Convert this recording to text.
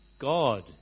God